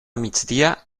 migdia